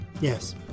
yes